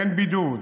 אין בידוד?